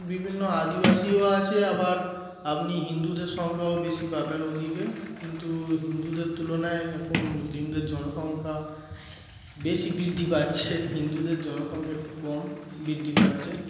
বিভিন্ন আদিবাসীও আছে আবার আপনি হিন্দুদের সংখ্যাও বেশি পাবেন ওদিকে কিন্তু হিন্দুদের তুলনায় এখন মুসলিমদের জনসংখ্যা বেশি বৃদ্ধি পাচ্ছে হিন্দুদের জনসংখ্যা একটু কম বৃদ্ধি পাচ্ছে